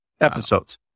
episodes